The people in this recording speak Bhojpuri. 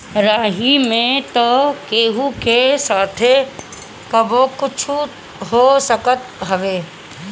राही में तअ केहू के साथे कबो कुछु हो सकत हवे